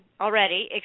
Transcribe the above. already